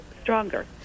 stronger